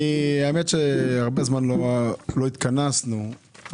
הרבה זמן לא התכנסנו.